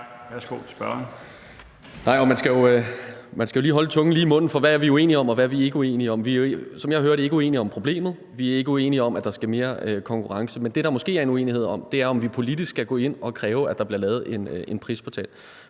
Agersnap (SF): Man skal jo lige holde tungen lige i munden, for hvad er vi uenige om, og hvad er vi ikke uenige om? Vi er, som jeg hører det, ikke uenige om problemet, og vi er ikke uenige om, at der skal mere konkurrence, men det, der måske er en uenighed om, er, om vi politisk skal gå ind og kræve, at der bliver lavet en prisportal.